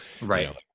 right